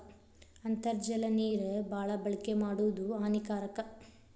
ಅಂತರ್ಜಲ ನೇರ ಬಾಳ ಬಳಕೆ ಮಾಡುದು ಹಾನಿಕಾರಕ